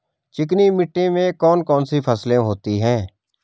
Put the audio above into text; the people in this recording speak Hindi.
चिकनी मिट्टी में कौन कौन सी फसलें होती हैं?